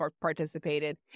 participated